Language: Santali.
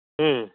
ᱦᱮᱸ